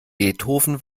beethoven